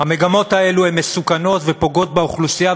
המגמות הללו הן מסוכנות ופוגעות באוכלוסייה,